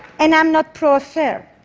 and i'm not pro-affair.